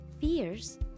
fears